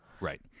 Right